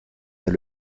est